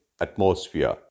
atmosphere